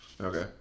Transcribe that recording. Okay